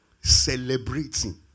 Celebrating